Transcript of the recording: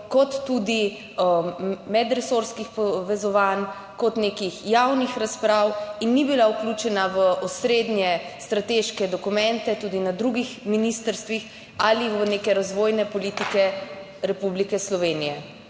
kot tudi medresorskih povezovanj kot nekih javnih razprav in ni bila vključena v osrednje strateške dokumente, tudi na drugih ministrstvih ali v neke razvojne politike Republike Slovenije.